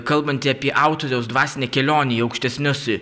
kalbantį apie autoriaus dvasinę kelionę į aukštesnius